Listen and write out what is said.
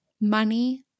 money